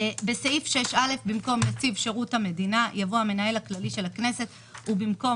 בסעיף 6א במקום נציב שירות המדינה יבוא המנהל הכללי של הכנסת ובמקום